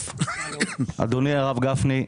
אדוני הרב גפני,